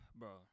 Bro